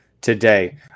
today